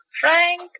Frank